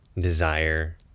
desire